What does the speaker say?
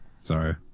Sorry